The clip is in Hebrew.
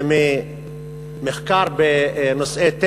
וממחקר בנושאי טבע,